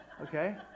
okay